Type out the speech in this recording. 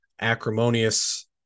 acrimonious